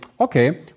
okay